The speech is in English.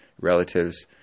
relatives